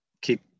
keep